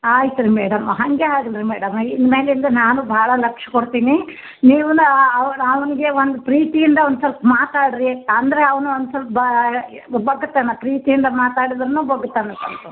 ಆಯಿತು ರೀ ಮೇಡಮ್ ಹಾಗೆ ಆಗಲಿ ರಿ ಮೇಡಮ್ ಇನ್ನು ಮೇಲಿಂದ ನಾನು ಭಾಳ ಲಕ್ಷ್ಯ ಕೊಡ್ತೀನಿ ನೀವುನು ಅವನಿಗೆ ಒಂದು ಪ್ರೀತಿಯಿಂದ ಒಂದು ಸ್ವಲ್ಪ ಮಾತಾಡರಿ ಅಂದರೆ ಅವನ ಒಂದು ಸ್ವಲ್ಪ ಬಗ್ತಾನೆ ಪ್ರೀತಿಯಿಂದ ಮಾತಾಡಿದರೆನೆ ಬಗ್ತಾನೆ ಸ್ವಲ್ಪ